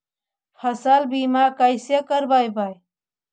फसल बीमा कैसे करबइ?